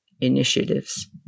initiatives